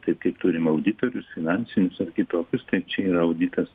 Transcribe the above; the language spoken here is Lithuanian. taip kaip turim auditorius finansinius ar kitokius tai čia yra auditas